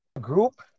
group